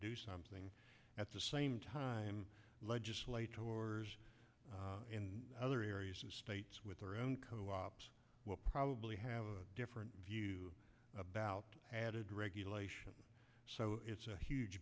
do something at the same time legislature tours in other areas states with their own co ops will probably have a different view about added regulation so it's a huge